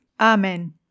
Amen